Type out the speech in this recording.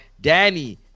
Danny